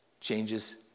changes